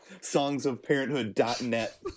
Songsofparenthood.net